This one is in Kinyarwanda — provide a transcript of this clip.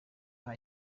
nta